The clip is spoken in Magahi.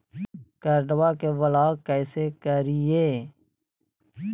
कार्डबा के ब्लॉक कैसे करिए?